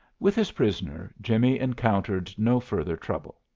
with his prisoner jimmie encountered no further trouble.